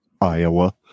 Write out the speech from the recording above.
Iowa